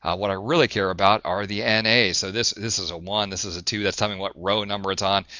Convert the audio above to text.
what i really care about are the n a's, so, this this is a one, this is a two, that's telling what row number it's on?